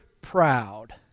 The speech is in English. proud